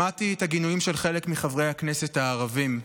שמעתי את הגינויים של חלק מחברי הכנסת הערבים.